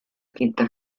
quinta